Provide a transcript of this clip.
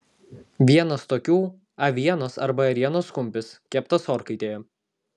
vienas tokių avienos arba ėrienos kumpis keptas orkaitėje